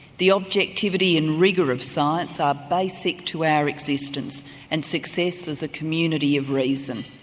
the objectivity and rigour of science are basic to our existence and success as a community of reason.